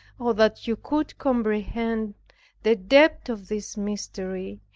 oh, that you could comprehend the depth of this mystery,